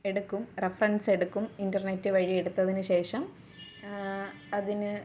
എടുക്കും റെഫറൻസ് എടുക്കും ഇൻറ്റനെറ്റ് വഴി എടുത്തതിനുശേഷം അതിന്